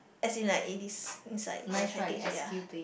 as in like it is inside the package ya